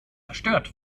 zerstört